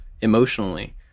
emotionally